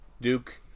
Duke